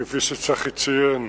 כפי שצחי ציין,